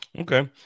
Okay